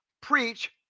preach